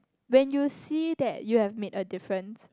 when you see that you have made a difference